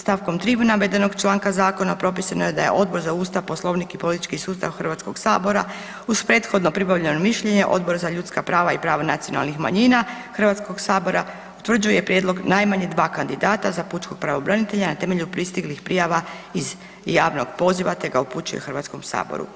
Stavkom 3. navedenog članka zakona propisano je da je Odbor za Ustav, Poslovnik i politički sustav Hrvatskog sabora uz prethodno pribavljeno mišljenje Odbor za ljudska prava i prava nacionalnih manjina Hrvatskog sabora utvrđuje prijedlog najmanje dva kandidata za pučkog pravobranitelja na temelju pristiglih prijava iz javnog poziva, te ga upućuje Hrvatskom saboru.